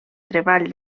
treball